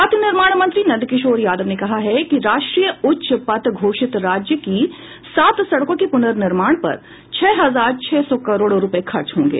पथ निर्माण मंत्री नंदकिशोर यादव ने कहा है कि राष्ट्रीय उच्च पथ घोषित राज्य की सात सड़कों के पुनर्निर्माण पर छह हजार छह सौ करोड़ रूपये खर्च होंगे